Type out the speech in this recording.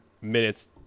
minutes